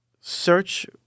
search